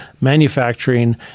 manufacturing